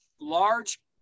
large